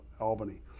Albany